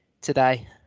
today